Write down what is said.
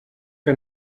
que